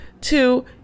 Two